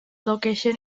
location